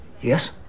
Yes